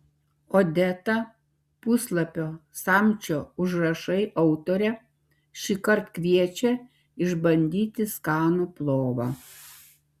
odeta puslapio samčio užrašai autorė šįkart kviečia išbandyti skanų plovą